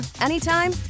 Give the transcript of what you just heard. anytime